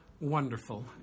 Wonderful